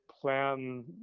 plan